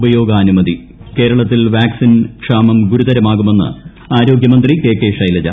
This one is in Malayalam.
ഉപയോഗാനുമതി കേരളത്തിൽ ്വാക്സിൻ ക്ഷാമം ഗുരുതരമാകുമെന്ന് ആരോഗൃച്ചമന്ത്രി കെ കെ ശൈലജ